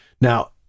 Now